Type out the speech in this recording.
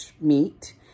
meat